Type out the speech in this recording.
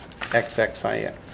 XXIX